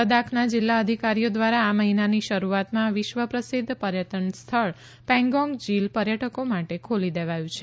લદાખના જીલ્લા અધિકારીઓ ધ્વારા આ મહિનાની શરૂઆતમાં વિશ્વપ્રસિધ્ધ પર્યટન સ્થળ પેંગોંગ ઝીલ પર્યટકો માટે ખોલી દેવાયું છે